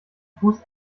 fuß